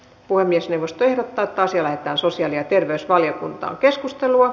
puhemiesneuvosto ehdottaa että asia lähetetään sosiaali ja terveysvaliokuntaan